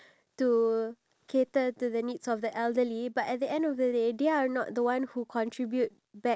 also take note of the people who are actually going to benefit you who are actually going to come rent your shops